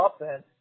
offense